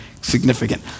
significant